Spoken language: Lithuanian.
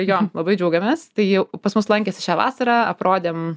jo labai džiaugiamės tai jau pas mus lankėsi šią vasarą aprodėm